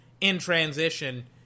In-transition